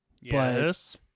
Yes